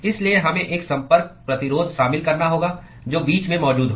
इसलिए हमें एक संपर्क प्रतिरोध शामिल करना होगा जो बीच में मौजूद हो